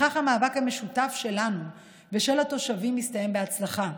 בכך המאבק המשותף שלנו ושל התושבים הסתיים בהצלחה,